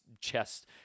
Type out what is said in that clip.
chest